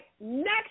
next